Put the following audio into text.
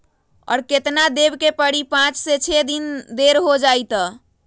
और केतना देब के परी पाँच से छे दिन देर हो जाई त?